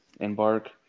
embark